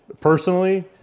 personally